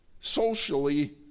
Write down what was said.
socially